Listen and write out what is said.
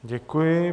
Děkuji.